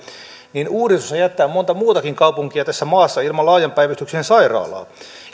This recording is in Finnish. ja uudistushan jättää monta muutakin kaupunkia tässä maassa ilman laajan päivystyksen sairaalaa